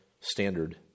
standard